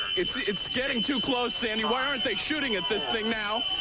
it's it's getting too close, sandy. why aren't they shooting at this thing now?